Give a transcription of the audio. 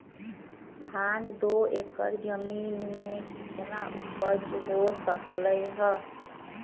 धान दो एकर जमीन में कितना उपज हो सकलेय ह?